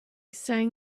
sang